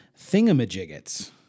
Thingamajigget's